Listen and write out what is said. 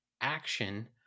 action